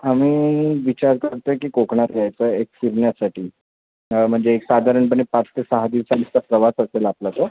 आम्ही विचार करतो आहे की कोकणात यायचं एक फिरण्यासाठी म्हणजे एक साधारणपणे पाच ते सहा दिवसांचा प्रवास असेल आपला तो